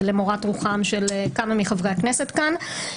למורת רוחם של כמה מחברי הכנסת כאן.